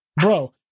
Bro